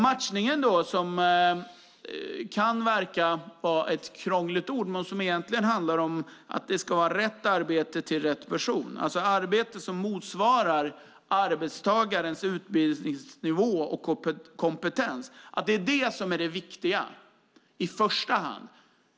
"Matchning" kan verka vara ett krångligt ord, men det handlar egentligen om att vi ska ha rätt arbete till rätt person, alltså ett arbete som motsvarar arbetstagarens utbildningsnivå och kompetens. Det är det som är det viktiga i första hand.